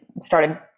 started